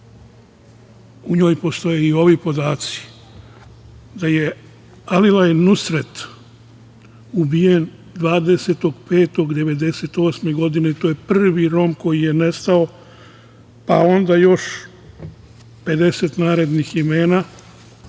U njoj postoje i ovi podaci, da je Alilaj Nusret ubijen 20.5.1998. godine, to je prvi Rom koji je nestao, pa onda još 50 narednih imena,